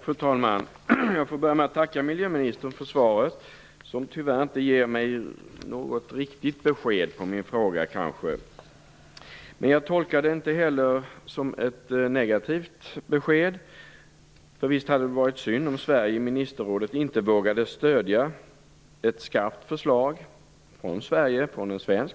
Fru talman! Jag får börja med att tacka miljöministern för svaret, som tyvärr inte ger mig något riktigt besked om det jag frågade om. Men jag tolkar det inte heller som ett negativt besked. Visst hade det varit synd om Sverige i ministerrådet inte vågade stödja ett skarpt förslag från en svensk,